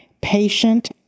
patient